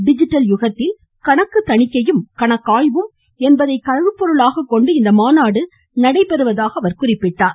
digital யுகத்தில் கணக்கு தணிக்கையும் கணக்காய்வும் என்பதை கருப்பொருளாகக் கொண்டு இந்த மாநாடு நடைபெறுவதாக அவர் குறிப்பிட்டார்